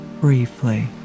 briefly